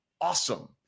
awesome